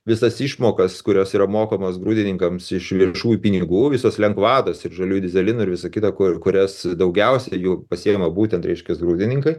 visas išmokas kurios yra mokamos grūdininkams iš viešųjų pinigų visos lengvatos ir žaliųjų dyzelino ir visa kita kur kurias daugiausiai jų pasiėma būtent reiškias grūdininkai